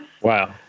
Wow